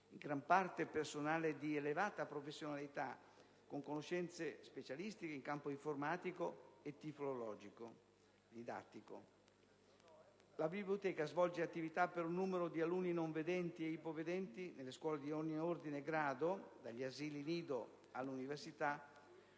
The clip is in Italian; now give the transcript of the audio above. in gran parte personale di elevata professionalità e conoscenze specialistiche in campo informatico, tiflologico e didattico. La biblioteca svolge attività per un numero di alunni non vedenti e ipovedenti nelle scuole di ogni ordine e grado, dagli asili nido alle università,